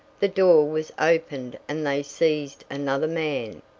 the door was opened and they seized another man,